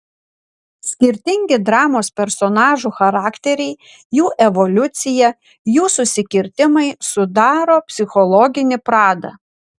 skirtingi dramos personažų charakteriai jų evoliucija jų susikirtimai sudaro psichologinį pradą